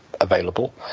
available